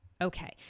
Okay